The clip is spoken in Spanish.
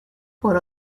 por